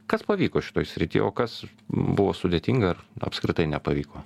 kas pavyko šitoj srity o kas buvo sudėtinga ar apskritai nepavyko